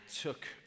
took